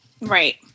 Right